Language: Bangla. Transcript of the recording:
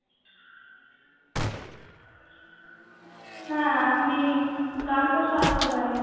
হ্যাঁ আপনি কাল পরশু আসতে পারেন